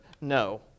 No